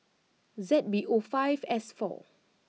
Z B O five S four